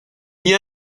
nie